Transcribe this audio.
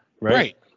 Right